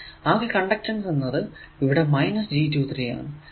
അകെ കണ്ടക്ടൻസ് എന്നത് ഇവിടെ G23 ആണ്